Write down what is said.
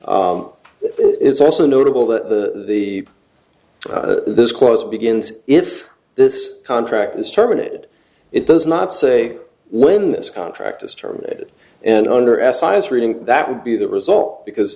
clause it's also notable that the the this clause begins if this contract is terminated it does not say when this contract is terminated and under s eyes reading that would be the result because